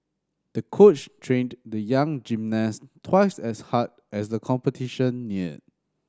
the coach trained the young gymnast twice as hard as the competition neared